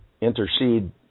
intercede